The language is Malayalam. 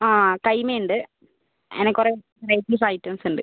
ആ കയ്യിന്മേൽ ഉണ്ട് അങ്ങനെ കുറെ റൈസിന് ഇപ്പം ഐറ്റംസ് ഉണ്ട്